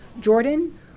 Jordan